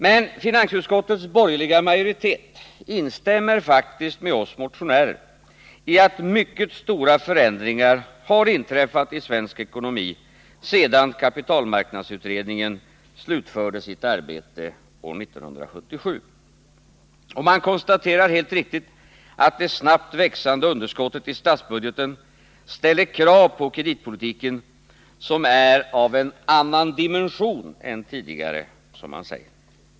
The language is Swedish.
Men finansutskottets borgerliga majoritet instämmer faktiskt med oss motionärer i att mycket stora förändringar har inträffat i svensk ekonomi sedan kapitalmarknadsutredningen slutförde sitt arbete 1977. Man konstaterar helt riktigt att det snabbt växande underskottet i statsbudgeten ställer krav på kreditpolitiken som är, som man säger, av en annan dimension än tidigare.